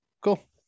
cool